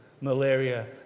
malaria